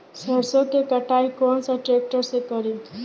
सरसों के कटाई कौन सा ट्रैक्टर से करी?